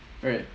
right